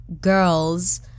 girls